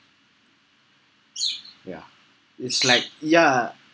ya it's like ya